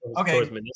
Okay